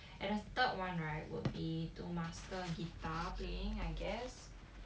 and a third [one] right would be to master guitar playing I guess